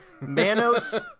Manos